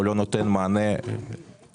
הוא לא נותן מענה לעצמאים,